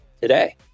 today